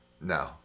no